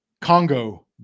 Congo